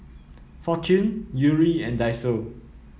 Fortune Yuri and Daiso